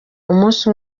umunsi